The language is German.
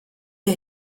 der